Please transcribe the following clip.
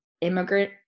immigrant